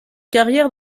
carrière